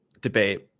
debate